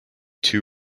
two